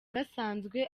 gasanzwe